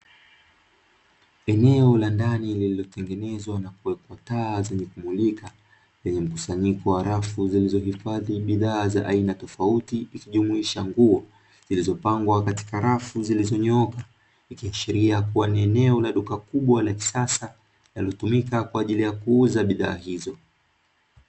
Eneo la ndani liliotengenezwa na kuwekwa taa zenye kumulika, kwenye mkusanyiko wa rafu zilizohifadhi bidhaa za aina tofauti zikijumuisha nguo. Zilizopangwa katika rafu zilizonyooka, ikiashiria kuwa ni eneo la duka kubwa la kisasa linalotumika kwa ajili ya kuuza bidhaa hizo.